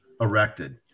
erected